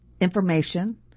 information